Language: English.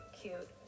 cute